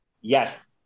yes